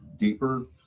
deeper